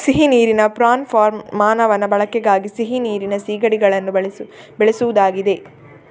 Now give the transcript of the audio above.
ಸಿಹಿ ನೀರಿನ prawn farm ಮಾನವನ ಬಳಕೆಗಾಗಿ ಸಿಹಿ ನೀರಿನ ಸೀಗಡಿಗಳನ್ನ ಬೆಳೆಸುದಾಗಿದೆ